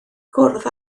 gwrdd